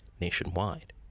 nationwide